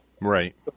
Right